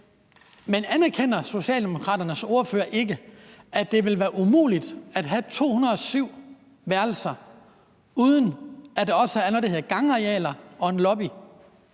Men anerkender Socialdemokraternes ordfører ikke, at det vil være umuligt at have 207 værelser, uden at der også er noget,